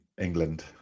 England